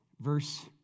verse